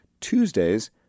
Tuesdays